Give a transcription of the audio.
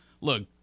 look